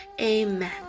Amen